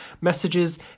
messages